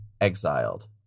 exiled